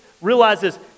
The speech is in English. Realizes